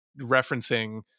referencing